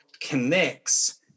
connects